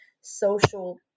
social